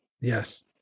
Yes